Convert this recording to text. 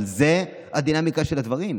אבל זאת הדינמיקה של הדברים.